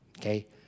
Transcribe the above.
Okay